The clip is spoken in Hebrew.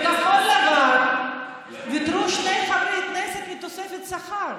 בכחול לבן ויתרו שני חברי כנסת על תוספת שכר.